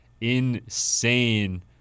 insane